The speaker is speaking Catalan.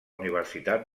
universitat